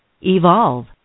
Evolve